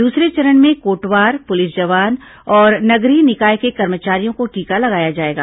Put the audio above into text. दूसरे चरण में कोटवार पुलिस जवान और नगरीय निकाय के कर्मचारियों को टीका लगाया जाएगा